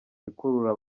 bikurura